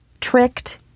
tricked